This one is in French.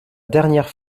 dernière